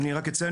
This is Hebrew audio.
אני רק אציין,